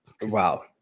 wow